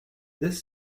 this